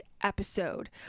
episode